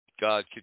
God